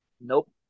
Nope